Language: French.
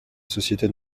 société